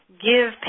give